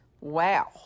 Wow